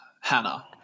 Hannah